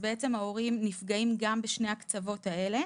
בעצם ההורים נפגעים בשני הקצוות האלה